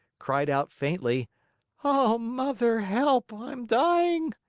cried out faintly oh, mother, help! i'm dying!